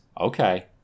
Okay